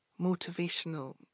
motivational